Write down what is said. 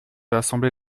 l’assemblée